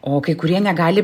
o kai kurie negali